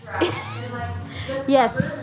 Yes